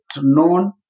known